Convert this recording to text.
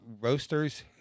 Roasters